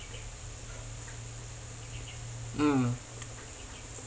mm